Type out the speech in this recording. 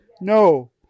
No